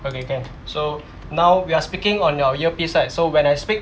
okay can so now we are speaking on our earpiece right so when I speak